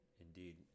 indeed